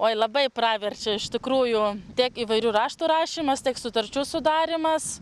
oi labai praverčia iš tikrųjų tiek įvairių raštų rašymas tiek sutarčių sudarymas